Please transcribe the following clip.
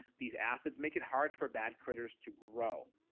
these acids make it hard for bad critters to grow.